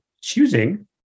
choosing